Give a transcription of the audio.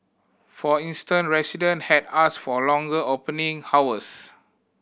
for instance resident had asked for longer opening hours